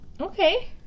Okay